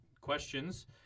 questions